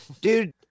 Dude